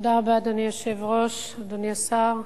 אדוני היושב-ראש, תודה רבה, אדוני השר,